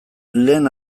lehen